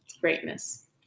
greatness